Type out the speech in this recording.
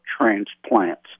transplants